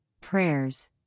prayers